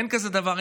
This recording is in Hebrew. אין כזה דבר,